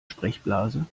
sprechblase